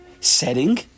setting